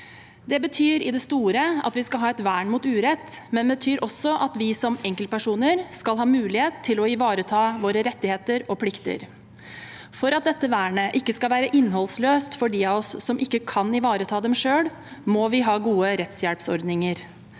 Det betyr i det store at vi skal ha et vern mot urett, men det betyr også at vi som enkeltpersoner skal ha mulighet til å ivareta våre rettigheter og plikter. For at dette vernet ikke skal være innholdsløst for dem av oss som ikke kan ivareta dem selv, må vi ha gode rettshjelpsordninger.